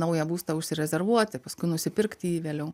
naują būstą užsirezervuoti paskui nusipirkti jį vėliau